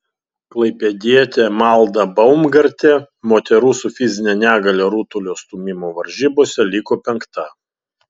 klaipėdietė malda baumgartė moterų su fizine negalia rutulio stūmimo varžybose liko penkta